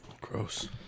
Gross